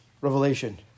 Revelation